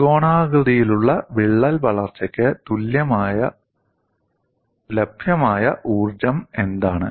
ത്രികോണാകൃതിയിലുള്ള വിള്ളൽ വളർച്ചയ്ക്ക് ലഭ്യമായ ഊർജ്ജം എന്താണ്